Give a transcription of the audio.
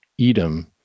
Edom